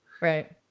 Right